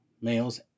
males